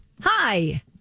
hi